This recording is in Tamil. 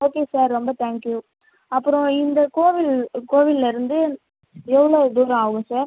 ஓகே சார் ரொம்ப தேங்க்யூ அப்பறோம் இந்த கோவில் கோவிலில் இருந்து எவ்வளோ தூரம் ஆகும் சார்